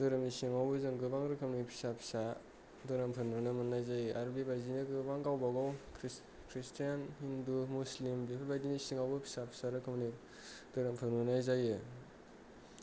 धोरोमनि सिङावबो जोङो गोबां रोखोमनि फिसा फिसा धोरोमफोर नुनो मोन्नाय जायो आरो बे बायदिनो गोबां गावबा गाव खृस्टियान हिन्दु मुसलिम बेफोरबायदिनो सिङावबो फिसा फिसा रोखोमनि धोरोमफोर नुनाय जायो